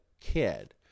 kid